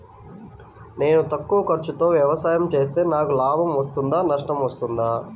నేను తక్కువ ఖర్చుతో వ్యవసాయం చేస్తే నాకు లాభం వస్తుందా నష్టం వస్తుందా?